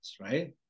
right